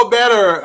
better